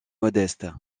modeste